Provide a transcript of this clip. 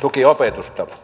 tukiopetusta